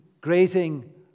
grazing